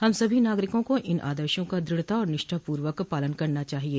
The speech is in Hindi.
हम सभी नागरिकों को इन आदर्शो का द्रढता और निष्ठापूर्वक पालन करना चाहिये